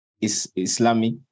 Islamic